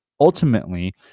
ultimately